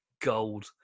gold